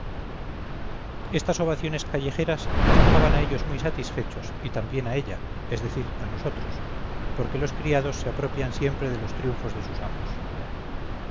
estas ovaciones callejeras les dejaban a ellos muy satisfechos y también a ella es decir a nosotros porque los criados se apropian siempre los triunfos de sus amos